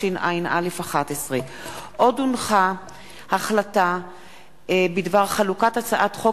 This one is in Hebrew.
התשע"א 2011. החלטה בדבר חלוקת הצעת חוק